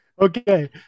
Okay